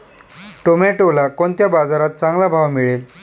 टोमॅटोला कोणत्या बाजारात चांगला भाव मिळेल?